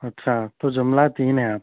اچھا تو جملہ تین ہیں آپ